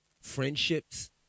friendships